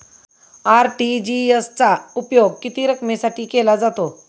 RTGS चा उपयोग किती रकमेसाठी केला जातो?